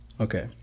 okay